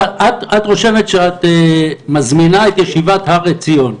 את רושמת שאת מזמינה את ישיבת הר עציון,